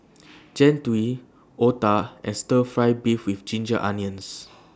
Jian Dui Otah and Stir Fry Beef with Ginger Onions